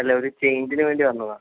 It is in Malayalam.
അല്ല ഒരു ചേയ്ഞ്ചിനു വേണ്ടി വന്നതാണ്